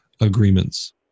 agreements